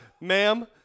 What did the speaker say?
Ma'am